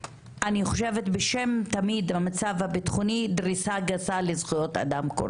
אני חושבת בשם המצב הביטחוני - דריסה גסה לזכויות אדם.